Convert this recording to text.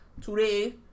Today